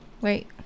Wait